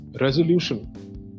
resolution